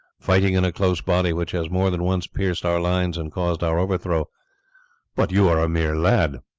fighting in a close body which has more than once pierced our lines and caused our overthrow but you are a mere lad.